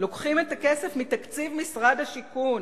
לוקחים את הכסף מתקציב משרד השיכון,